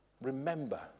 remember